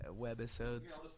webisodes